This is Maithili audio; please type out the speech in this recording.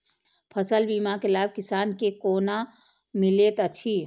फसल बीमा के लाभ किसान के कोना मिलेत अछि?